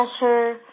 pressure